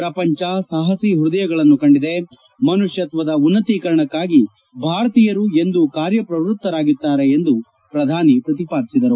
ಪ್ರಪಂಚ ಸಾಹಸೀ ಪ್ಯದಯಗಳನ್ನು ಕಂಡಿದೆ ಮನಷ್ಟತ್ತದ ಉನ್ನತೀಕರಣಕಾಗಿ ಭಾರತೀಯರು ಎಂದೂ ಕಾರ್ಯಪ್ರವೃತ್ತರಾಗಿರುತ್ತಾರೆ ಎಂದು ಪ್ರಧಾನಿ ಪ್ರತಿಪಾದಿಸಿದರು